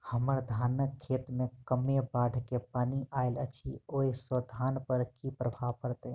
हम्मर धानक खेत मे कमे बाढ़ केँ पानि आइल अछि, ओय सँ धान पर की प्रभाव पड़तै?